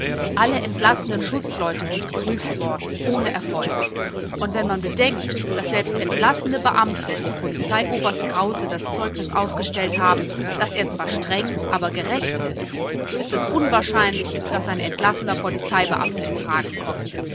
alle entlassenen schutzleute sind geprüft worden ohne erfolg und wenn man bedenkt daß selbst entlassene beamte dem polizeioberst krause das zeugnis ausgestellt haben daß er zwar streng aber gerecht ist so ist es unwahrscheinlich daß ein entlassener polizeibeamter in frage kommt